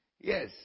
yes